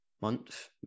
month